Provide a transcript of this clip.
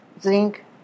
zinc